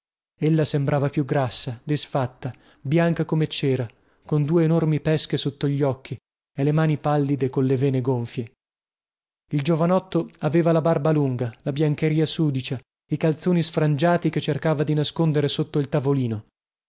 viso ella sembrava più grassa disfatta bianca come cera con due enormi pesche sotto gli occhi e le mani pallide colle vene gonfie il giovanotto aveva la barba lunga la biancheria sudicia i calzoni sfrangiati che cercava di nascondere sotto il tavolino